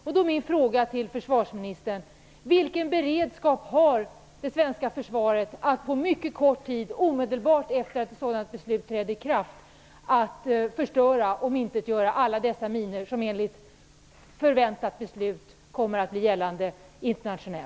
Då är min fråga till försvarsministern: Vilken beredskap har det svenska försvaret att på mycket kort tid omedelbart efter att ett förväntat internationellt gällande beslut träder i kraft förstöra och omintetgöra alla dessa minor?